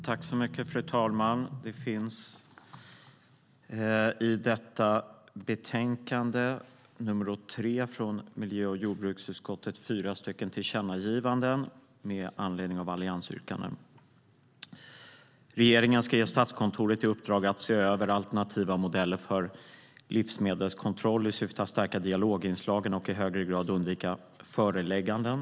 Fru talman! I betänkande 3 från miljö och jordbruksutskottet föreslår utskottet fyra tillkännagivanden med anledning av alliansyrkanden, nämligen följande: Regeringen ska ge Statskontoret i uppdrag att se över alternativa modeller för livsmedelskontroll i syfte att stärka dialoginslagen och i högre grad undvika förelägganden.